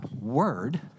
word